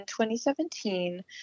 2017